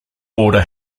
border